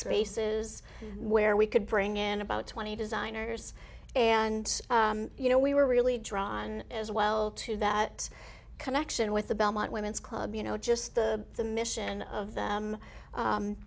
spaces where we could bring in about twenty designers and you know we were really drawn as well to that connection with the belmont women's club you know just the the mission of them